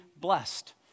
blessed